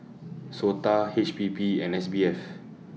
Sota H P B and S B F